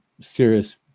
serious